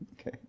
Okay